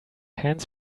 hands